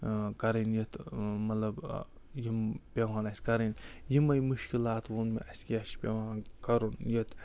کَرٕنۍ یَتھ مطلب یِم پٮ۪وان اَسہِ کَرٕنۍ یِمَے مُشکِلات ووٚن مےٚ اَسہِ کیٛاہ چھِ پٮ۪وان کَرُن یَتھ